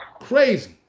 Crazy